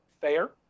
fair